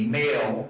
male